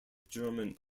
german